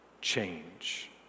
change